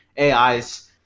AIs